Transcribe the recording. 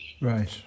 Right